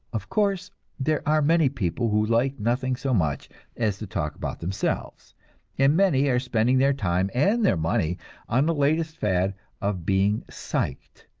of course there are many people who like nothing so much as to talk about themselves and many are spending their time and their money on the latest fad of being psyched,